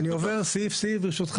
אני עובר סעיף-סעיף ברשותך.